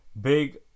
big